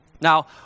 Now